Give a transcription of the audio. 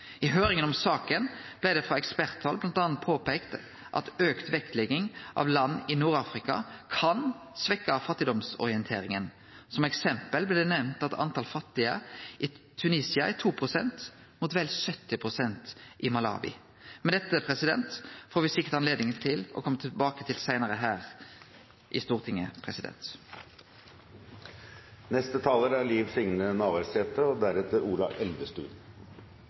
I høyringa om saka blei det frå eksperthald bl.a. påpeikt at auka vektlegging av land i Nord-Afrika kan svekkje fattigdomsorienteringa. Som eksempel blei det nemnt at talet på fattige i Tunisia er 2 pst., mot vel 70 pst. i Malawi. Men dette får me sikkert anledning til å kome tilbake til seinare her i Stortinget. Eg vil takke saksordføraren og